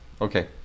Okay